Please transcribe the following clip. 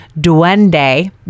duende